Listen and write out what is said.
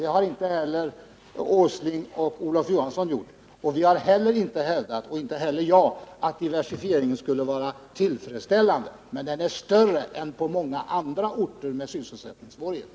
Det har inte heller Nils Åsling eller Olof Johansson gjort. Och inte heller har någon av oss hävdat att diversifieringen skulle vara tillfredsställande. Men den är större än på många andra orter med sysselsättningssvårigheter.